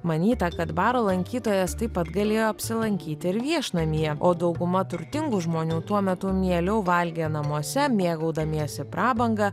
manyta kad baro lankytojas taip pat galėjo apsilankyti ir viešnamyje o dauguma turtingų žmonių tuo metu mieliau valgė namuose mėgaudamiesi prabanga